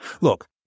Look